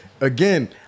again